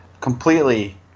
Completely